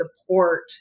support